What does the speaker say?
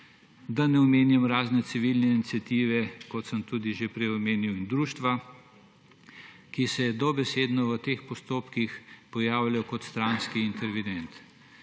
da ne omenjam raznih civilnih iniciativ, kot sem tudi že prej omenil, in društev, ki se dobesedno v teh postopkih pojavljajo kot stranski intervenient.